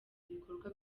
ibikorwa